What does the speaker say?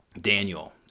Daniel